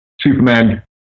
Superman